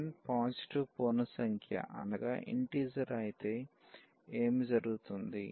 n positive పూర్ణ సంఖ్య అయితే ఏమి జరుగుతుంది